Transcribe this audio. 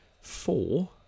four